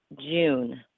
June